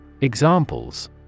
Examples